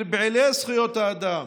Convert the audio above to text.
של פעילי זכויות האדם,